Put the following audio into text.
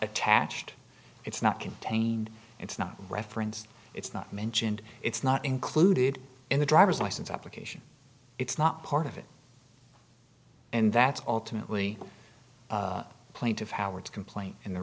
attached it's not contained it's not referenced it's not mentioned it's not included in the driver's license application it's not part of it and that's alternately plaintive howard's complaint and the